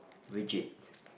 rigid